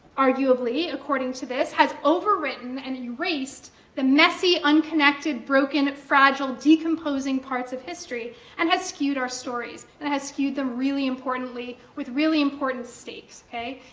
arguably, according to this, has overwritten and erased the messy, unconnected, broken, fragile, decomposing parts of history and has skewed our stories and has skewed them really importantly with really important stakes. now,